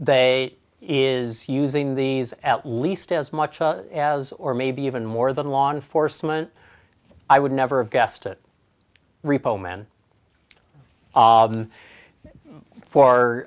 they is using these at least as much as or maybe even more than law enforcement i would never have guessed it